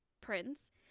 prince